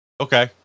Okay